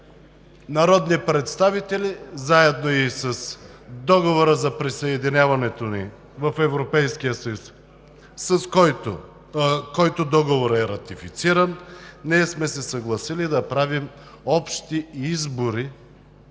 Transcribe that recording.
народни представители, заедно с Договора за присъединяването ни в Европейския съюз, който е ратифициран, ние сме се съгласили да правим общи избори